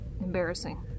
embarrassing